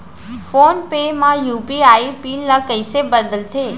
Phone पे UPI PIN पिन ल कइसे बदलथे?